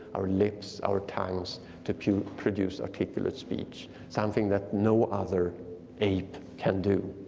our lips, our tongues to to produce articulate speech. something that no other ape can do.